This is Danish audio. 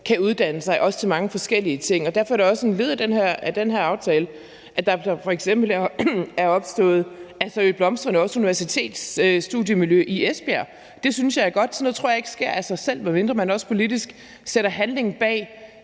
kan uddanne sig til mange forskellige ting. Derfor er det også et led i den her aftale, at der er f.eks. er opstået et blomstrende universitetsstudiemiljø i Esbjerg. Det synes jeg er godt. Sådan noget tror jeg ikke sker af sig selv, medmindre man også politisk sætter handling bag